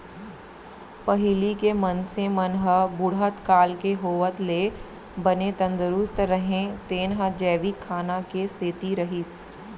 पहिली के मनसे मन ह बुढ़त काल के होवत ले बने तंदरूस्त रहें तेन ह जैविक खाना के सेती रहिस